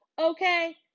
okay